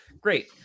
Great